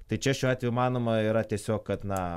tai čia šiuo atveju manoma yra tiesiog kad na